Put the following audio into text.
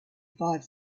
five